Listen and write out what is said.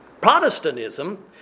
Protestantism